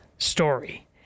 story